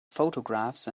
photographs